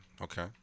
Okay